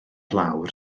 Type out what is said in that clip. lawr